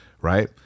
right